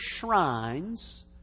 shrines